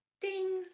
Ding